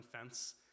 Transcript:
fence